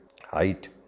height